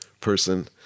person